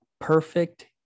perfect